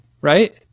right